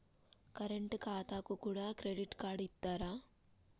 Current ఖాతాకు కూడా credit card ఇత్తరా?